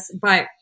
but-